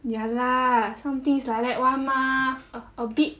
ya lah some things like that [one] mah a a bit